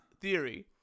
theory